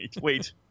wait